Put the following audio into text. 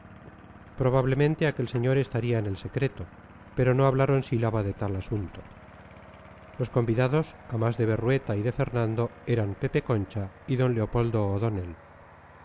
probablemente aquel señor estaría en el secreto pero no hablaron sílaba de tal asunto los convidados a más de berrueta y de fernando eran pepe concha y d leopoldo